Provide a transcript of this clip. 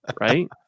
Right